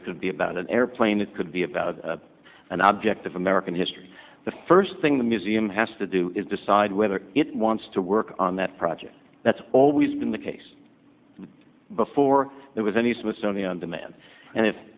it could be about an airplane it could be about an object of american history the first thing the museum has to do is decide whether it wants to work on that project that's always been the case before there was any smithsonian demand and if